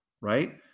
right